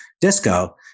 Disco